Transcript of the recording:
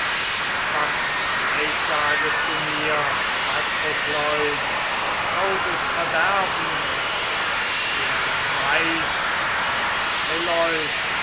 was weissagest du mir patrokleus grauses verderben wer doch weiß ob